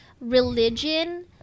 religion